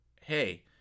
hey